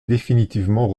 définitivement